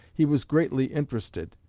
he was greatly interested.